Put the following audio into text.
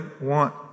want